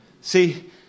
See